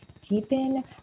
deepen